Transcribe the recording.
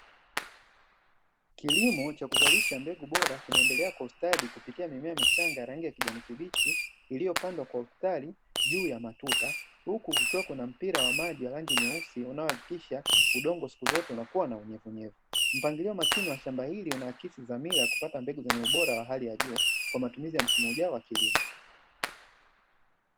Kilimo cha kuzalisha mbegu bora, kinaendelea kwa ustadi kupitia mimea michanga ya rangi ya kijani kibichi, iliyopandwa kwa mstari juu ya matuta, huku kukiwa na mpira wa maji wa rangi nyeusi unaohakikisha udongo siku zote unakua na unyevuunyevu. Mpangilio makini wa shamba hili, unaakisi dhamira ya kupata mbegu zenye ubora wa hali ya juu kwa matumizi ya msimu ujao wa kilimo.